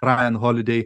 rajen holidei